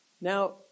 Now